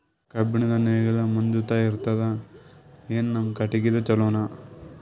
ಕಬ್ಬುಣದ್ ನೇಗಿಲ್ ಮಜಬೂತ ಇರತದಾ, ಏನ ನಮ್ಮ ಕಟಗಿದೇ ಚಲೋನಾ?